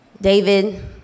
David